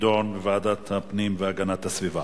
תידון בוועדת הפנים והגנת הסביבה.